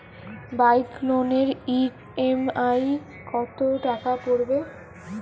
Bike লোনের EMI কত টাকা পড়বে?